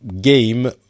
game